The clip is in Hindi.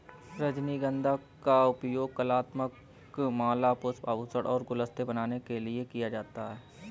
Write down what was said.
रजनीगंधा का उपयोग कलात्मक माला, पुष्प, आभूषण और गुलदस्ते बनाने के लिए किया जाता है